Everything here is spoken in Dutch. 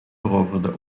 veroverde